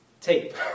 Tape